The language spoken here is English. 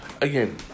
Again